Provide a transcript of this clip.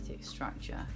structure